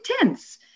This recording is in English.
intense